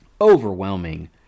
overwhelming